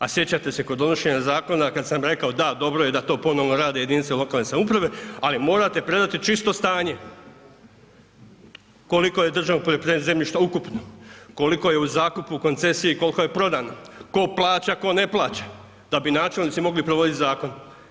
A sjećate se kod donošenja zakona kad sam rekao, da dobro je da to ponovno rade jedinice lokalne samouprave, ali morate predati čisto stanje koliko je državnog poljoprivrednog zemljišta ukupno, koliko je u zakupu, u koncesiji, kolko je prodano, tko plaća, tko ne plaća da bi načelnici mogli provodit zakon.